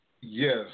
Yes